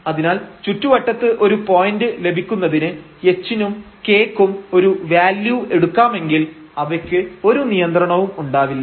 അതിനാൽ ചുറ്റുവട്ടത്ത് ഒരു പോയന്റ് ലഭിക്കുന്നതിന് h നും k ക്കും ഒരു വാല്യൂ എടുക്കാമെങ്കിൽ അവയ്ക്ക് ഒരു നിയന്ത്രണവും ഉണ്ടാവില്ല